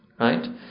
Right